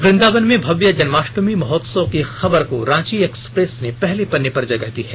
वृंदा one में भव्य जन्माष्टमी महोत्सव की खबर को रांची एक्सप्रेस ने पहले पन्ने पर जगह दी है